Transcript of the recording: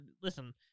listen